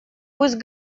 пусть